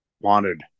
wanted